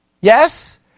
Yes